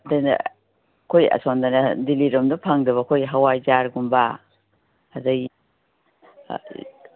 ꯑꯗꯨꯅ ꯑꯩꯈꯣꯏ ꯑꯁꯣꯝꯗ ꯗꯤꯂꯤꯔꯣꯝꯗ ꯐꯪꯗꯕ ꯍꯋꯥꯏꯖꯥꯔꯒꯨꯝꯕ ꯑꯗꯒꯤ